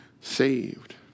saved